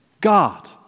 God